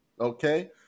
okay